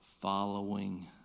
following